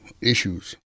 issues